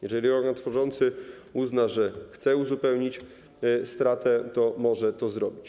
Jeżeli organ tworzący uzna, że chce uzupełnić stratę, to może to zrobić.